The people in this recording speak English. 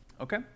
Okay